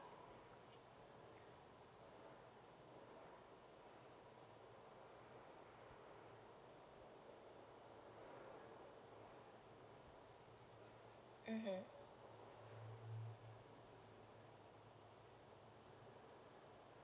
mmhmm